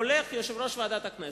הולך יושב-ראש ועדת הכנסת,